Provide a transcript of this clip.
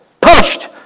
pushed